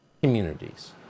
communities